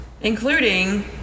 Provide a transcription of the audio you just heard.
Including